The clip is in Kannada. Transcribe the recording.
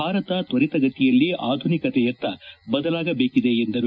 ಭಾರತ ತ್ವರಿತಗತಿಯಲ್ಲಿ ಆಧುನಿಕತೆಯತ್ತ ಬದಲಾಗಬೇಕಿದೆ ಎಂದರು